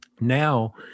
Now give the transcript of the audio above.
Now